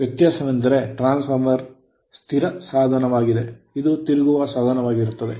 ವ್ಯತ್ಯಾಸವೆಂದರೆ transformer ಸ್ಥಿರ ಸಾಧನವಾಗಿದೆ ಇದು ತಿರುಗುವ ಸಾಧನವಾಗಿರುತ್ತದೆ